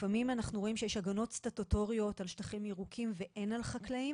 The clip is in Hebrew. לפעמים אנחנו רואים שיש הגנות סטטוטוריות על שטחים ירוקים ואין על חקלאיים